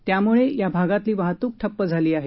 त्यामुळे या भागातली वाहतूक ठप्प झाली आहे